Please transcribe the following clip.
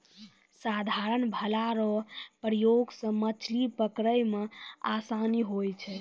साधारण भाला रो प्रयोग से मछली पकड़ै मे आसानी हुवै छै